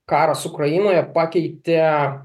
karas ukrainoje pakeitė